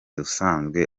usanzwe